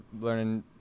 learning